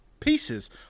pieces